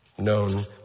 Known